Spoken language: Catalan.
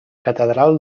catedral